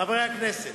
חברי הכנסת,